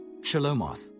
Shalomoth